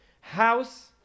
House